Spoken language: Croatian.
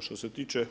Što se tiče